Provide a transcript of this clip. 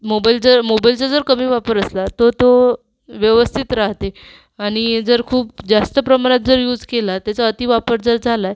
मोबाइलचा मोबाइलचा जर कमी वापर असला तर तो व्यवस्थित राहते आणि जर खूप जास्त प्रमाणात जर यूज केला त्याचा अतिवापर जर झालाय